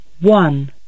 One